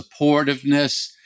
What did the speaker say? supportiveness